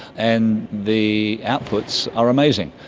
and the outputs are amazing.